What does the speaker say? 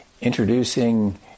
introducing